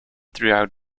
throughout